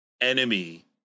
enemy